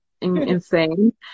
insane